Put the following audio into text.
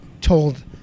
told